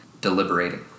deliberating